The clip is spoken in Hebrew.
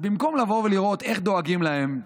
במקום לראות איך דואגים להם,